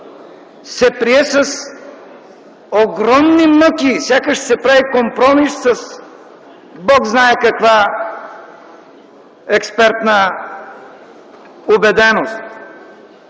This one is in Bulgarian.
се прие с огромни мъки, сякаш се прави компромис с Бог знае каква експертна убеденост.